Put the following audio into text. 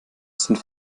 sind